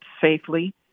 safely